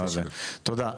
תודה.